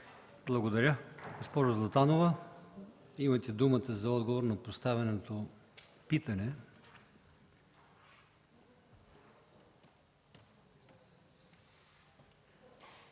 Благодаря. Госпожо Златанова, имате думата за отговор на поставеното питане.